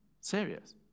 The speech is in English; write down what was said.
Serious